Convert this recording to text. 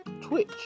Twitch